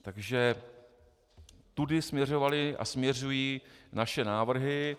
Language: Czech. Takže tudy směřovaly a směřují naše návrhy.